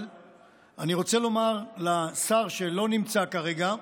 אבל אני רוצה לומר לשר, שלא נמצא כרגע,